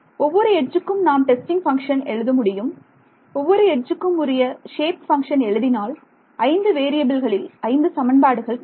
ஒவ்வொரு எட்ஜுக்கும் நாம் டெஸ்டிங் பங்க்ஷன் எழுத முடியும் ஒவ்வொரு எட்ஜுக்கும் உரிய சேப் பங்க்ஷன் எழுதினால் ஐந்து வேறியபில்களில் ஐந்து சமன்பாடுகள் கிடைக்கும்